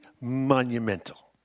monumental